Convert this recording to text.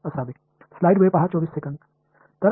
எனவே இது எளிதான புதுப்பிப்பாக இருக்கும்